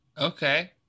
Okay